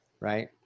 right